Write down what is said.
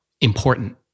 important